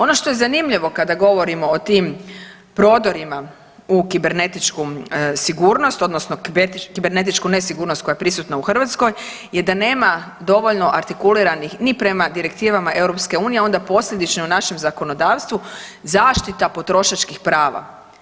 Ono što je zanimljivo kada govorimo o tim prodorima u kibernetičku sigurnost odnosno kibernetičku nesigurnost koja je prisutna u Hrvatskoj je da nema dovoljno artikuliranih ni prema direktivama EU, onda posljedično našem zakonodavstvu zaštita potrošačkih prava.